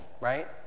right